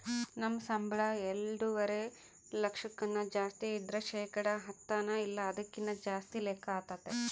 ನಮ್ ಸಂಬುಳ ಎಲ್ಡುವರೆ ಲಕ್ಷಕ್ಕುನ್ನ ಜಾಸ್ತಿ ಇದ್ರ ಶೇಕಡ ಹತ್ತನ ಇಲ್ಲ ಅದಕ್ಕಿನ್ನ ಜಾಸ್ತಿ ಲೆಕ್ಕ ಆತತೆ